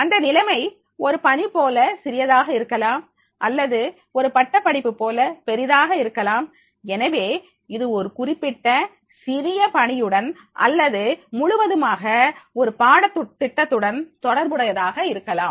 அந்த நிலைமை ஒரு பணி போல சிறியதாக இருக்கலாம் அல்லது ஒரு பட்டப்படிப்பு போல் பெரிதாக இருக்கலாம் எனவே இது ஒரு குறிப்பிட்ட சிறிய பணியுடன் அல்லது முழுவதுமாக ஒரு பாடத்திட்டத்துடன்தொடர்புடையதாக இருக்கலாம்